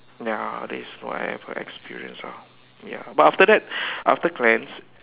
ya that is why I have a experience lah ya but after that after cleanse